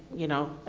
you know,